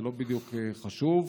זה לא בדיוק חשוב,